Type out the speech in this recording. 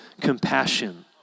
compassion